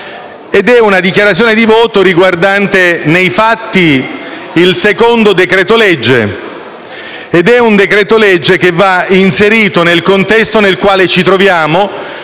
ed è una dichiarazione di voto riguardante, nei fatti, il secondo decreto-legge; un decreto-legge che va inserito nel contesto nel quale ci troviamo